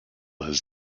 his